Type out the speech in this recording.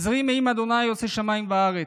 עזרי מעם ה' עֹשה שמים וארץ.